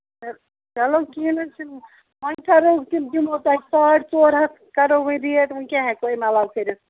چلو کِہیٖنۍ حظ چھُنہٕ وۄنۍ کرو دِمو تۄہہِ ساڈ ژور ہَتھ کرو وَن ریٹ وۄنۍ کیاہ ہٮ۪کَو اَمہِ علاوٕ کٔرِتھ